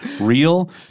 real